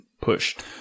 pushed